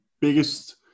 biggest